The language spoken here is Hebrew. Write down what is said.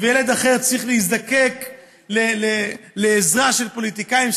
וילד אחר צריך להזדקק לעזרה של פוליטיקאים,